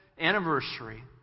anniversary